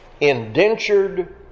indentured